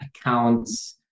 accounts